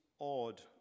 odd